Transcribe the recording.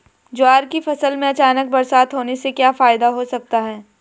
ज्वार की फसल में अचानक बरसात होने से क्या फायदा हो सकता है?